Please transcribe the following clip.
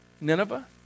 Nineveh